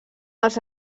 els